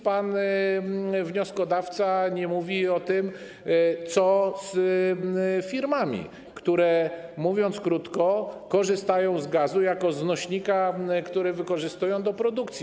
Pan wnioskodawca nic nie mówi o tym, co z firmami, które mówiąc krótko, korzystają z gazu jako nośnika, który wykorzystują do produkcji.